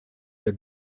der